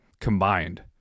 combined